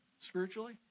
spiritually